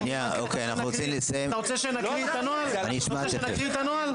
אתה רוצה שנקריא את הנוהל?